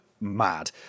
mad